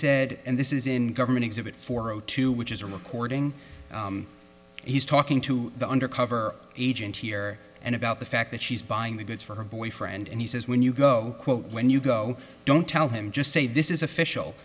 said and this is in government exhibit four o two which is a recording he's talking to the undercover agent here and about the fact that she's buying the goods for her boyfriend and he says when you go quote when you go don't you know him just say this is official